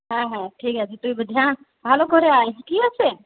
হ্যাঁ হ্যাঁ ঠিক আছে তুই ভালো করে আয় ঠিক আছে